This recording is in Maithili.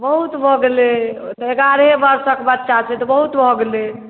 बहुत भऽ गेलै ओ तऽ एगारहे बरषक बच्चा छै तऽ बहुत भऽ गेलै